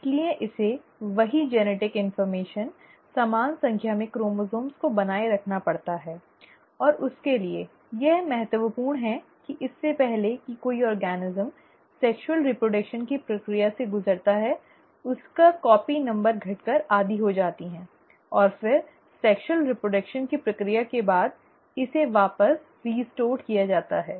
इसलिए इसे वही आनुवंशिक जानकारी समान संख्या में क्रोमोसोम्स को बनाए रखना पड़ता है और उसके लिए यह महत्वपूर्ण है कि इससे पहले कि कोई जीव सेक्शूअल रीप्रडक्शन की प्रक्रिया से गुजरता है उसकी प्रतिलिपि संख्या घटकर आधी हो जाती है और फिर सेक्शूअल रीप्रडक्शन की प्रक्रिया के बाद इसे वापस रिस्टॉर्ड किया जाता है